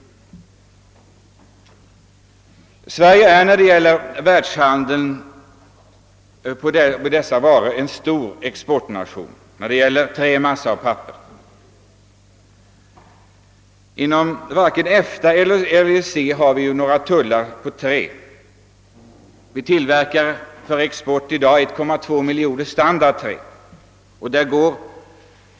Sverige är en stor exportnation när det gäller trä, massa och papper. Varken inom EFTA eller EEC finns det några tullar på trä. Vi tillverkar i dag för export 1,2 miljon standards trä.